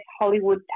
Hollywood